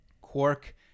Quark